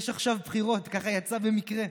יש עכשיו בחירות, ככה יצא במקרה.